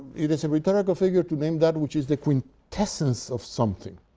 it is a rhetorical figure to name that which is the quintessence of something,